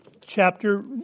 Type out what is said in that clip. chapter